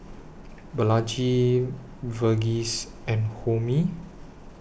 Balaji Verghese and Homi